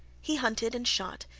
he hunted and shot,